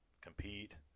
compete